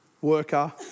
worker